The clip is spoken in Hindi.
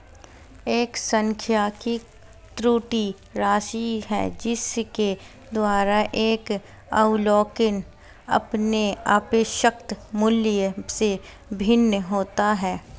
एक सांख्यिकी त्रुटि राशि है जिसके द्वारा एक अवलोकन अपने अपेक्षित मूल्य से भिन्न होता है